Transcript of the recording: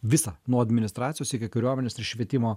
visą nuo administracijos iki kariuomenės ir švietimo